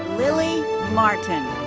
lilly martin.